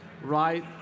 right